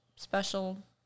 special